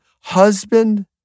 husband